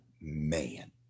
man